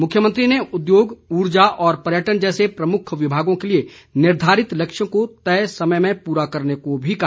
मुख्यमंत्री ने उद्योग ऊर्जा और पर्यटन जैसे प्रमुख विभागों के लिए निर्धारित लक्ष्यों को तय समय में पूरा करने को भी कहा